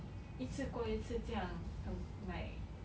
一次过一次这样很 like